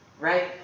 right